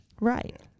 Right